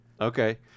Okay